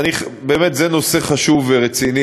אני לא אתאר את כל הסיטואציה שהוזכרה שם ואת ההסבר האמיתי